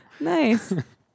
Nice